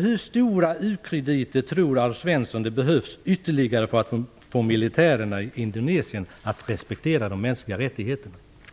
Hur stora u-krediter tror Alf Svensson att det behövs ytterligare för att få militärerna i Indonesien att respektera de mänskliga rättigheterna?